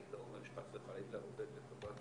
אני לא אומר שחס וחלילה הוא עובד לטובת